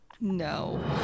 No